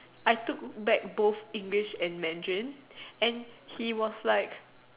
I took back both English and Mandarin and he was like